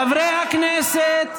חברי הכנסת,